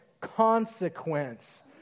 consequence